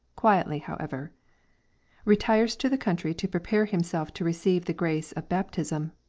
quietly however retires to the country to prepare himself to receive the grace of baptism,